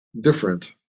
different